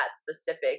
specific